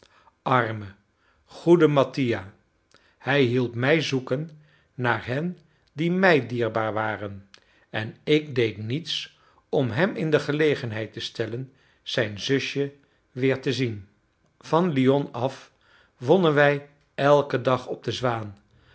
arme goede mattia hij hielp mij zoeken naar hen die mij dierbaar waren en ik deed niets om hem in de gelegenheid te stellen zijn zusje weer te zien van lyon af wonnen wij elken dag op de zwaan